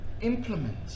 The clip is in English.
implement